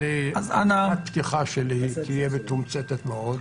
הפתיחה שלי תהיה מתומצתת מאוד.